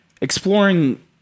exploring